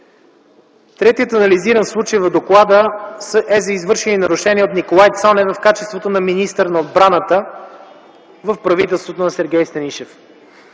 Третият анализиран случай в доклада е за извършени нарушения от Николай Цонев в качеството му на министър на отбраната в правителството на Сергей Станишев.